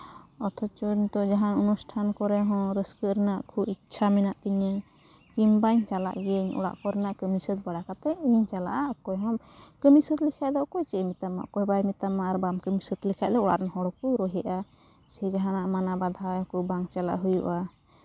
ᱚᱛᱷᱚᱪᱚ ᱱᱤᱛᱚᱜ ᱡᱟᱦᱟᱸ ᱚᱱᱩᱥᱴᱷᱟᱱ ᱠᱚᱨᱮ ᱦᱚᱸ ᱨᱟᱹᱥᱠᱟᱹ ᱨᱮᱱᱟᱜ ᱠᱷᱩᱵ ᱤᱪᱪᱷᱟ ᱢᱮᱱᱟᱜ ᱛᱤᱧᱟᱹ ᱠᱤᱢᱵᱟᱧ ᱪᱟᱞᱟᱜ ᱜᱮᱭᱟᱹᱧ ᱚᱲᱟᱜ ᱠᱚᱨᱮᱱᱟᱜ ᱠᱟᱹᱢᱤ ᱥᱟᱹᱛ ᱵᱟᱲᱟ ᱠᱟᱛᱮᱫ ᱤᱧᱤᱧ ᱪᱟᱞᱟᱜᱼᱟ ᱚᱠᱚᱭ ᱦᱚᱸ ᱠᱟᱹᱢᱤ ᱥᱟᱹᱛ ᱞᱮᱠᱷᱟᱡ ᱫᱚ ᱚᱠᱚᱭ ᱪᱮᱫ ᱮ ᱢᱮᱛᱟᱢᱼᱟ ᱚᱠᱚᱭ ᱵᱟᱭ ᱢᱮᱛᱟᱢᱟ ᱟᱨ ᱵᱟᱢ ᱠᱟᱹᱢᱤ ᱥᱟᱹᱛ ᱞᱮᱠᱷᱟᱡ ᱫᱚ ᱚᱲᱟᱜ ᱨᱮᱱ ᱦᱚᱲ ᱠᱚ ᱨᱳᱦᱮᱫᱼᱟ ᱥᱮ ᱡᱟᱦᱟᱱᱟᱜ ᱢᱟᱱᱟ ᱵᱟᱫᱷᱟ ᱠᱚ ᱵᱟᱝ ᱪᱟᱞᱟᱜ ᱦᱩᱭᱩᱜᱼᱟ